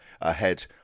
ahead